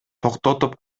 токтотуп